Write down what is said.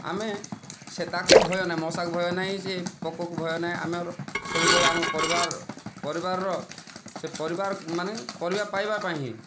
ଆମେ ସେ ତାକୁ ଭୟ ନାହିଁ ମଶାକୁ ଭୟ ନାହିଁ ସିଏ ପୋକକୁ ଭୟ ନାହିଁ ଆମର ସବୁବେଳେ ଆମ ପରିବାର ପରିବାରର ସେ ପରିବାର ମାନେ ପରିବା ପାଇବା ପାଇଁ ହିଁ